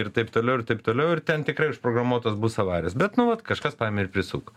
ir taip toliau ir taip toliau ir ten tikrai užprogramuotos bus avarijos bet nu vat kažkas paėmė ir prisuko